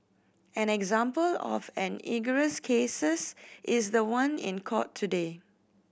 an example of an egregious cases is the one in court today